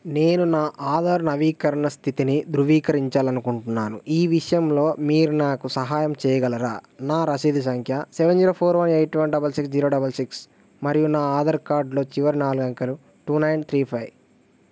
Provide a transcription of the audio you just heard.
నేను నా ఆధారు నవీకరణ స్థితిని ధృవీకరించాలనుకుంటున్నాను ఈ విషయంలో మీరు నాకు సహాయం చేయగలరా నా రసీదు సంఖ్య seven zero four one eight one double six zero double six మరియు నా ఆధార్కార్డులో చివరి నాలుగు అంకెలు టూ నైన్ త్రీ ఫైవ్